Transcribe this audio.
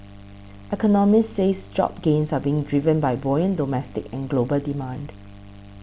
economists say job gains are being driven by buoyant domestic and global demand